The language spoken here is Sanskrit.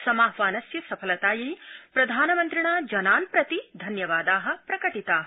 समाहवानस्य सफलतायै प्रधानमन्त्रिणा जनान् प्रति धन्यवादा प्रकटिता